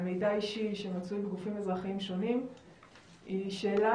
על מידע אישי שמצוי בגופים אזרחיים שונים היא שאלה